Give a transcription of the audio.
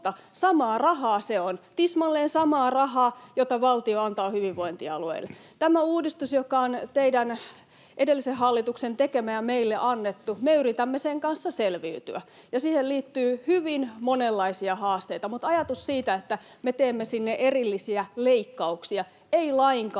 samaa rahaa se on, tismalleen samaa rahaa, jota valtio antaa hyvinvointialueille. Tämä uudistuksen kanssa, joka on edellisen hallituksen tekemä ja meille annettu, me yritämme selviytyä, ja siihen liittyy hyvin monenlaisia haasteita, mutta ajatus siitä, että me teemme sinne erillisiä leikkauksia, ei lainkaan